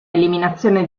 eliminazione